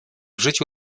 życiu